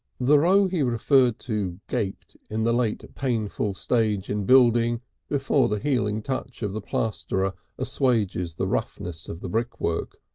the row he referred to gaped in the late painful stage in building before the healing touch of the plasterer assuages the roughness of the brickwork.